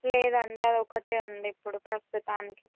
లేదండి అది ఒక్కటే ఉంది ఇప్పుడు ప్రస్తుతానికి